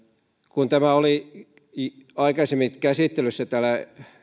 kun tämä oli aikaisemmin käsittelyssä täällä